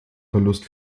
verlust